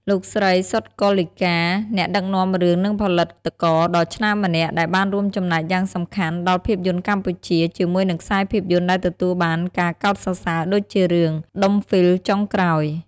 លោកស្រី សុទ្ធ គុលលីកា អ្នកដឹកនាំរឿងនិងផលិតករដ៏ឆ្នើមម្នាក់ ដែលបានរួមចំណែកយ៉ាងសំខាន់ដល់ភាពយន្តកម្ពុជា ជាមួយនឹងខ្សែភាពយន្តដែលទទួលបានការកោតសរសើរដូចជារឿង "ដុំហ្វីលចុងក្រោយ"។